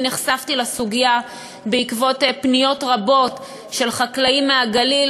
אני נחשפתי לסוגיה בעקבות פניות רבות של חקלאים מהגליל,